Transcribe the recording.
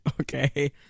Okay